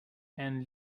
and